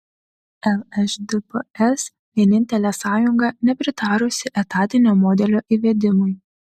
lšdps vienintelė sąjunga nepritarusi etatinio modelio įvedimui